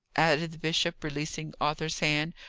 added the bishop, releasing arthur's hand,